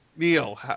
Neil